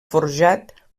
forjat